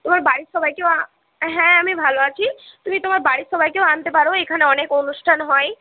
তোমার বাড়ির সবাইকেও আ হ্যাঁ আমি ভাল আছি তুমি তোমার বাড়ির সবাইকেও আনতে পারো এখানে অনেক অনুষ্ঠান হয়